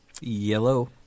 Yellow